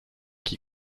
qui